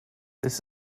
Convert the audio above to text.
this